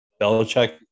Belichick